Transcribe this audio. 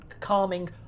calming